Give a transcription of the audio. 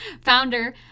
founder